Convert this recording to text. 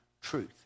truth